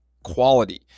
Quality